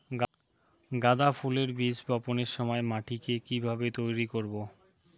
গাদা ফুলের বীজ বপনের সময় মাটিকে কিভাবে তৈরি করব?